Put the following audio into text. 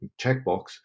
checkbox